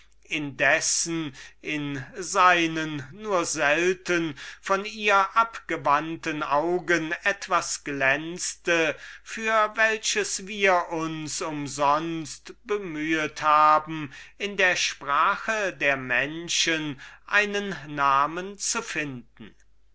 in seinen nur selten von ihr abgewandten augen etwas glänzte für welches wir uns umsonst bemühet haben in der sprache der menschen einen namen zu finden